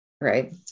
right